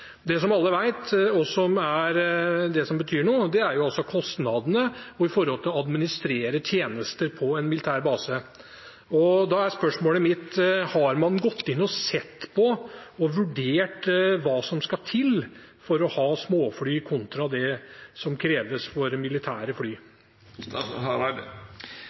Det som alle vet, og som er det som betyr noe, er kostnadene og det å administrere tjenester på en militær base. Da er spørsmålet mitt: Har man gått inn og sett på og vurdert hva som skal til for å ha småfly kontra det som kreves for militære